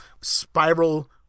spiral